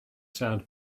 sand